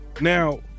Now